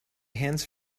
hands